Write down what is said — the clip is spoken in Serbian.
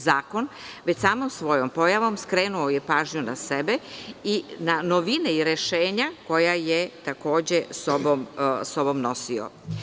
Zakon već samom svojom pojavom skrenuo je pažnju na sebe i na novine i rešenja koja je takođe sa sobom nosio.